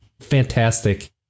fantastic